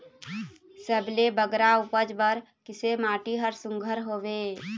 सबले बगरा उपज बर किसे माटी हर सुघ्घर हवे?